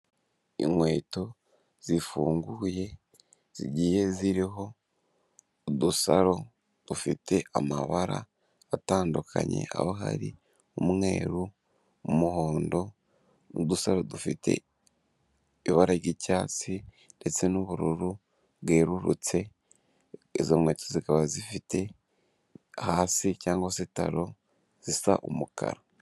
Inkweto zifunguye zigiye ziriho udusaro dufite amabara atandukanye aho hari umweru umuhondo udusaro dufite ibara ry'icyatsi ndetse n'ubururu bwerurutse izo nkweto zikaba zifite hasi cyangwa se taro zisa umukara.